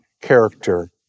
character